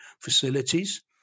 facilities